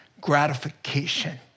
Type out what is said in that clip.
gratification